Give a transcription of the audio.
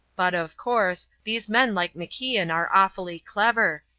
but, of course, these men like macian are awfully clever,